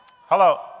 Hello